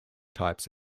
types